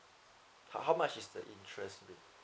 ho~ how much is the interest rate